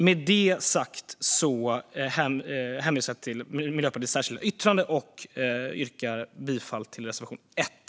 Med det sagt hänvisar jag till Miljöpartiets särskilda yttrande och yrkar bifall till reservation 1.